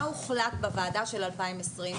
מה הוחלט בוועדה של 2020,